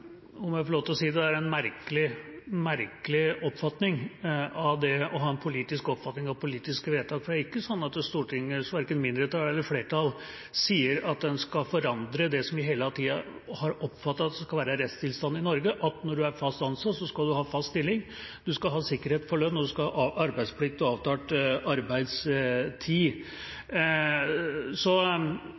å si at det er en merkelig oppfatning av det å ha en politisk oppfatning av politiske vedtak. Det er ikke sånn at Stortinget – verken mindretallet eller flertallet – sier at en skal forandre det som en hele tida har oppfattet skal være rettstilstanden i Norge: Når en er fast ansatt, skal en ha fast stilling. En skal ha sikkerhet for lønn, og en skal ha arbeidsplikt og avtalt arbeidstid.